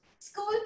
school